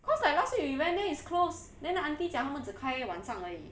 because like last week we went then it's close then the aunty 讲他们只开晚上而已